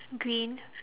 green